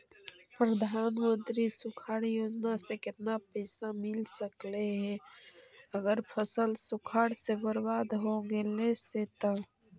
प्रधानमंत्री सुखाड़ योजना से केतना पैसा मिल सकले हे अगर फसल सुखाड़ से बर्बाद हो गेले से तब?